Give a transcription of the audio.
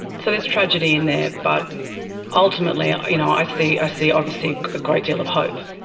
so there's tragedy in there, but ultimately i you know i see ah see obviously a great deal of hope.